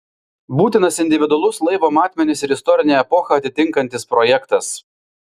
būtinas individualus laivo matmenis ir istorinę epochą atitinkantis projektas